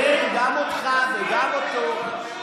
למה, כן, גם אותך וגם אותו.